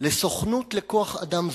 לסוכנות לכוח-אדם זול,